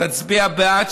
תצביע בעד,